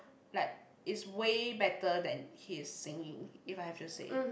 like is way better than his singing if I have to say